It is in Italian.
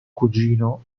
cugino